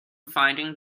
finding